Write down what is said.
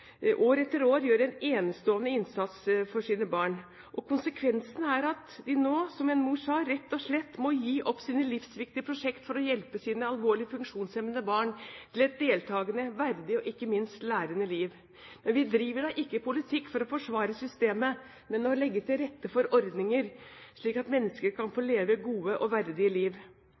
år etter år, gjør en enestående innsats for sine barn. Konsekvensene er at de nå, som en mor sa, rett og slett må gi opp sine livsviktige prosjekt for å hjelpe sine alvorlig funksjonshemmede barn til et deltagende, verdig og, ikke minst, lærende liv. Men vi driver da ikke politikk for å forsvare systemer, men for å legge til rette for ordninger, slik at mennesker kan få leve gode og verdige liv.